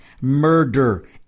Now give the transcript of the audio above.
murder